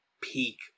peak